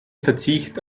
verzicht